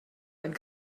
einen